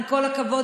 עם כל הכבוד,